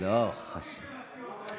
לא מחליפים בין הסיעות.